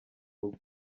rugo